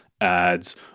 ads